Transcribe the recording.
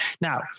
Now